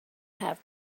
have